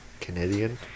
Canadian